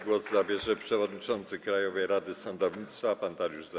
Głos zabierze przewodniczący Krajowej Rady Sądownictwa pan Dariusz